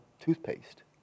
toothpaste